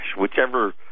whichever